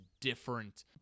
different